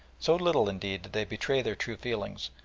so little, indeed, did they betray their true feelings,